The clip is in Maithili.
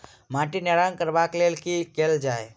माटि नरम करबाक लेल की केल जाय?